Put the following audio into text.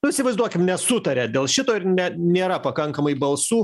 nu įsivaizduokim nesutaria dėl šito ir ne nėra pakankamai balsų